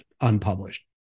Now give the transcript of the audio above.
unpublished